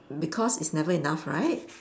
because it's never enough right